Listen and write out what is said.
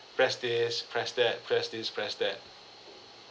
press this press that press this press that